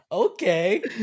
Okay